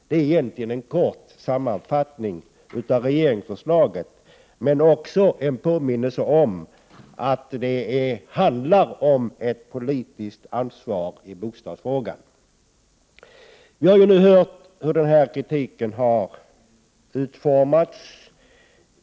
Det är egentligen en kort sammanfattning av regeringsförslaget men också en påminnelse om att det handlar om ett politiskt ansvar i bostadsfrågan. Vi har nu hört hur kritiken har utformats.